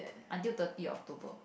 until thirty October